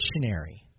dictionary